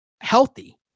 healthy